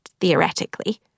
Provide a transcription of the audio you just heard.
theoretically